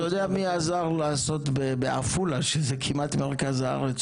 אתה יודע מי עזר לעשות בעפולה שזה כמעט מרכז הארץ,